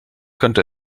könnte